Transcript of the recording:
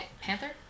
panther